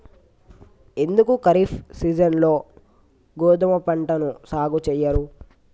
ఎందుకు ఖరీఫ్ సీజన్లో గోధుమ పంటను సాగు చెయ్యరు?